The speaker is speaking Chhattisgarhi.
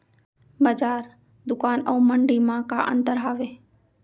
बजार, दुकान अऊ मंडी मा का अंतर हावे?